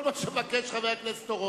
כל מה שמבקש חבר הכנסת אורון,